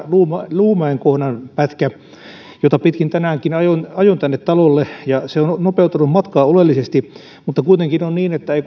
luumäen kohdan pätkä jota pitkin tänäänkin ajoin ajoin tänne talolle se on nopeuttanut matkaa oleellisesti mutta kuitenkin on niin että ei